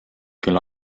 kel